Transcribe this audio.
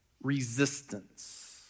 resistance